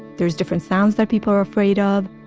there's different sounds that people are afraid of.